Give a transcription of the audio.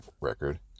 record